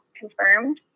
confirmed